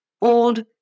old